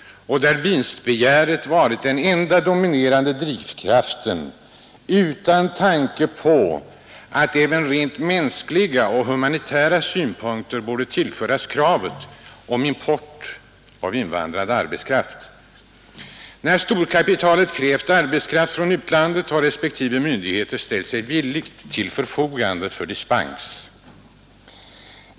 I det aktuella fallet har vinstbegäret varit den enda dominerande drivkraften, och man har inte beaktat de humanitära synpunkter som bör anläggas i samband med krav på import av utländsk arbetskraft. Då storkapitalet krävt arbetskraft från utlandet har respektive myndigheter ställt sig villigt till förfogande för dispens.